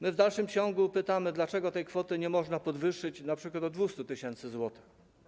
My w dalszym ciągu pytamy, dlaczego tej kwoty nie można podwyższyć np. do 200 tys. zł.